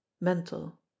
mental